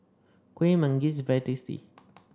Kueh Manggis is very tasty